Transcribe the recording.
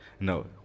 No